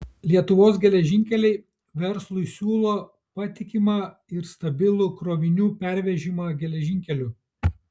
lietuvos geležinkeliai verslui siūlo patikimą ir stabilų krovinių pervežimą geležinkeliu